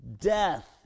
Death